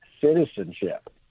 citizenship